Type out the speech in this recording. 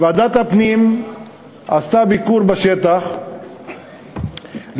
ועדת הפנים עשתה ביקור בשטח ללא,